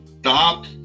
Stop